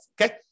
Okay